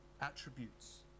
attributes